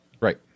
Right